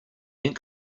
ink